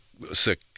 sick